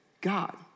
God